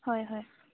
হয় হয়